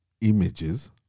images